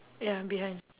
ya behind